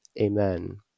Amen